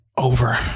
over